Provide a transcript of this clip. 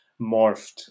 morphed